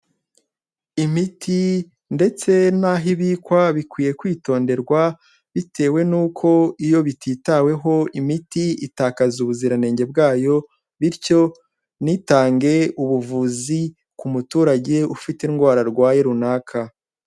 Imiti ndetse n'aho ibikwa bikwiye kwitonderwa, bitewe n'uko iyo bititaweho imiti itakaza ubuziranenge bwayo, bityo ntitange ubuvuzi ku muturage ufite indwara arwaye runaka.